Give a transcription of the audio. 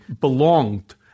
belonged